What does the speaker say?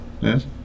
Yes